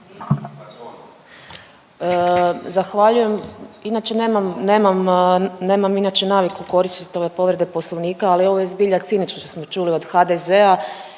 nemam, nemam inače naviku koristit ove povrede Poslovnika ali ovo je zbilja cinično što smo čuli od HDZ-a